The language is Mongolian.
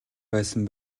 байсан